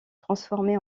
transformé